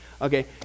Okay